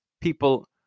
people